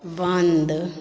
बन्द